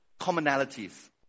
commonalities